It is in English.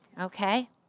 okay